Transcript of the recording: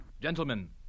Gentlemen